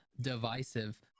divisive